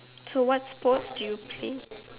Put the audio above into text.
so what sports do you play